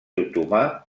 otomà